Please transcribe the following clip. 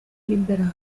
liberali